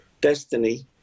destiny